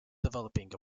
developing